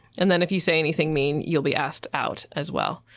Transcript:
and then if you say anything mean, you'll be asked out, as well,